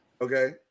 Okay